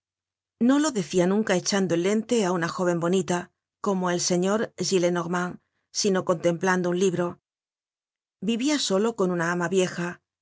no lo decia nunca echando el lente á una jóven bonita como el señor gillenormand sino contemplando un libro vivia solo con una ama vieja